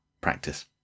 practice